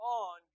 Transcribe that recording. on